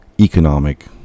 economic